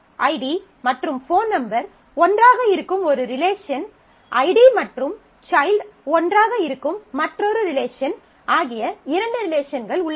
ID மற்றும் phone number ஒன்றாக இருக்கும் ஒரு ரிலேஷன் ஐடி மற்றும் சைல்ட் ஒன்றாக இருக்கும் மற்றொரு ரிலேஷன் ஆகிய இரண்டு ரிலேஷன்கள் உள்ளன